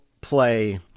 play